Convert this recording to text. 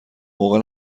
موقع